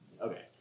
Okay